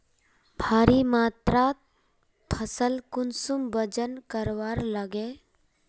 भारी मात्रा फसल कुंसम वजन करवार लगे?